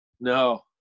No